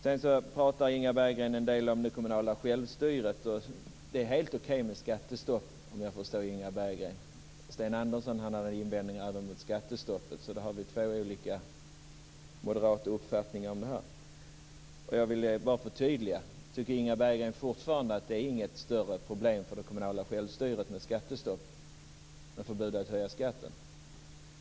Sedan pratar Inga Berggren en del om det kommunala självstyret. Det är helt okej med skattestopp om jag förstår Inga Berggren rätt. Sten Andersson hade invändningar även mot skattestoppet. Så då har vi två olika moderata uppfattningar om det här. Jag ville bara förtydliga: Tycker Inga Berggren fortfarande inte att det är något större problem för det kommunala självstyret med skattestopp, förbud mot att höja skatten?